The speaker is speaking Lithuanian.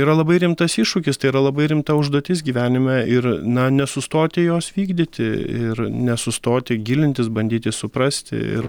yra labai rimtas iššūkis tai yra labai rimta užduotis gyvenime ir na nesustoti jos vykdyti ir nesustoti gilintis bandyti suprasti ir